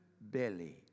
belly